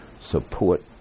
Support